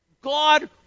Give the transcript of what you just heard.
God